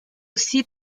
aussi